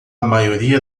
maioria